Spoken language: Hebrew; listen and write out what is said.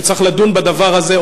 החלטה שצריך לדון בדבר הזה,